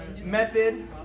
method